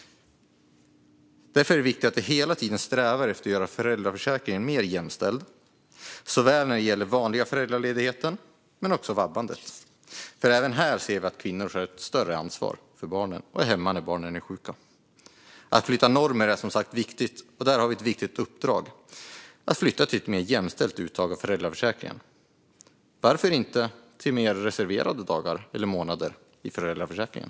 Därför är det viktigt att hela tiden sträva efter att göra föräldraförsäkringen mer jämställd. Det gäller såväl den vanliga föräldraledigheten som vabbandet. Vi ser att kvinnor även här tar ett större ansvar för barnen och är hemma när de är sjuka. Att flytta normer är som sagt viktigt, och att flytta mot ett mer jämställt uttag av föräldraförsäkringen är ett viktigt uppdrag. Varför inte flytta mot mer reserverade dagar eller månader i föräldraförsäkringen?